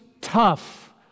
tough